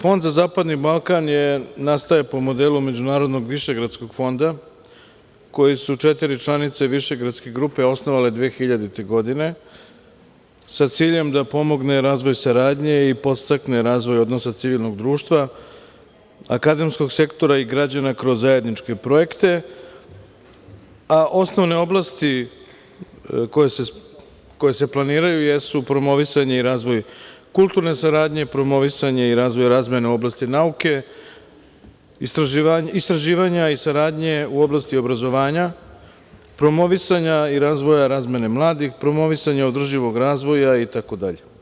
Fond za zapadni Balkan nastaje po modelu Međunarodnog višegradskog fonda koji su četiri članice višegradske grupe osnovale 2000. godine, sa ciljem da pomogne razvoj saradnje i podstakne razvoj odnosa civilnog društva, akademskog sektora i građana kroz zajedničke projekte, a osnovne oblasti koje se planiraju jesu promovisanje i razvoj kulturne saradnje, promovisanje i razvoj razmene u oblasti nauke, istraživanja i saradnje u oblasti obrazovanja, promovisanje i razvoja razmene mladih, promovisanje održivog razvoja itd.